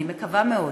אני מקווה מאוד